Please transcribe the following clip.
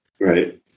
Right